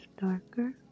darker